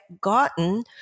gotten